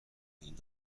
این